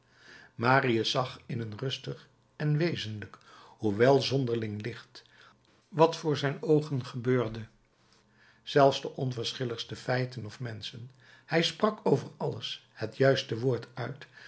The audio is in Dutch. marius zag in een rustig en wezenlijk hoewel zonderling licht wat voor zijn oogen gebeurde zelfs de onverschilligste feiten of menschen hij sprak over alles het juiste woord uit